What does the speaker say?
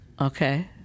okay